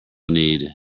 need